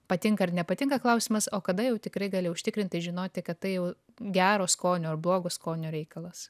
patinka ar nepatinka klausimas o kada jau tikrai gali užtikrintai žinoti kad tai jau gero skonio ar blogo skonio reikalas